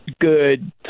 good